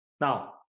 Now